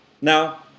Now